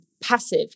passive